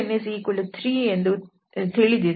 ನಮಗೆ Fn3ಎಂದು ತಿಳಿದಿದೆ